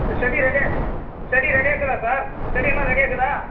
செடி ரெடியாக செடி ரெடியாக இருக்குதா சார் செடி எல்லாம் ரெடியாக இருக்குதா